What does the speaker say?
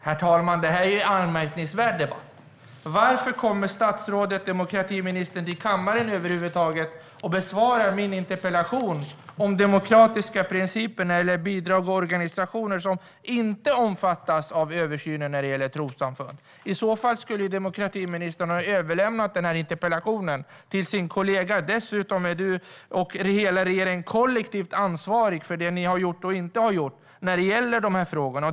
Herr talman! Det här är en anmärkningsvärd debatt. Varför kommer då statsrådet, demokratiministern, över huvud taget till kammaren och besvarar min interpellation om demokratiska principer när det gäller bidrag och organisationer som inte omfattas av översynen när det gäller trossamfund? Demokratiministern kanske skulle ha överlämnat interpellationen till sin kollega. Dessutom är hon och hela regeringen kollektivt ansvariga för det man har gjort och inte har gjort när det gäller de här frågorna.